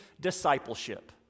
discipleship